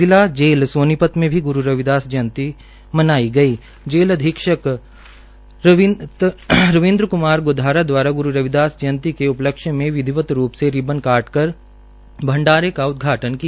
जिला जेल सोनीपत में भी ग्रू रविदास जयंती मनाई गई जेल अधीक्षक सतविन्द्र कुमार द्वारा गुरू रविदास जयंती के उपलक्ष्य में विधिवत रूप से रिबन काट कर भंडारे का उदघाटन् किया